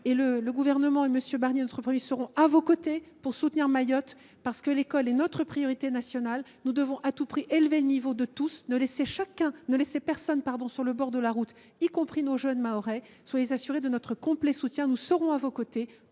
le gouvernement de M. Barnier, notre Premier ministre, seront à vos côtés pour soutenir Mayotte, parce que l’école est notre priorité nationale. Nous devons à tout prix élever le niveau de tous et ne laisser personne sur le bord de la route, sans excepter nos jeunes Mahorais. Soyez assurés de notre complet soutien. Nous serons à vos côtés